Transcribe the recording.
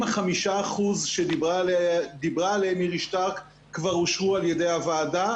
5% שאיריס שטרק דיברה עליהם כבר אושרו על-ידי הוועדה,